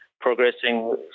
progressing